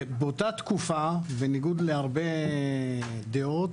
באותה תקופה בניגוד להרבה דעות,